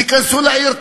תיכנסו לעיר,